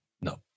No